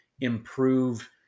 improve